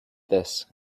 this